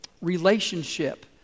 relationship